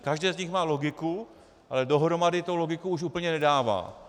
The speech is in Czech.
Každé z nich má logiku, ale dohromady to logiku už úplně nedává.